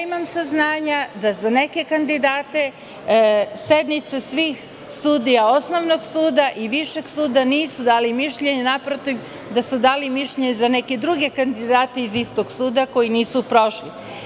Imam saznanja da za neke kandidate, sednica svih sudija osnovnog suda i višeg suda nisu dali mišljenje, naprotiv, da su dali mišljenje za neke druge kandidate iz istog suda, koji nisu prošli.